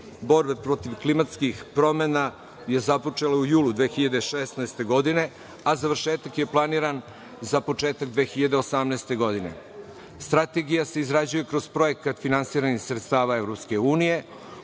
borbe protiv klimatskih promena je započela u julu 2016. godine, a završetak je planiran za 2018. godine. Strategija se izgrađuje kroz projekat finansiranih sredstava EU